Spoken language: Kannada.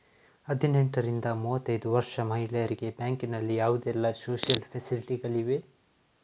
ಹದಿನೆಂಟರಿಂದ ಮೂವತ್ತೈದು ವರ್ಷ ಮಹಿಳೆಯರಿಗೆ ಬ್ಯಾಂಕಿನಲ್ಲಿ ಯಾವುದೆಲ್ಲ ಸೋಶಿಯಲ್ ಫೆಸಿಲಿಟಿ ಗಳಿವೆ?